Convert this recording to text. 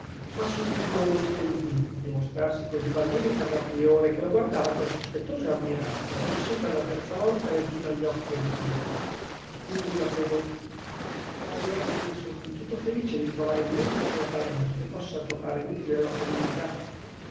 ma subito si penti di mostrarsi così bambino in faccia al priore che lo guardava tra sospettoso e ammirato arrossì per la terza volta chinò gli occhi e ripigliò scusi la prego ma gli è che son tutto felice di trovare in me un piccolo talento che possa tornare utile alla comunità